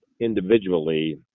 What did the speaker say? individually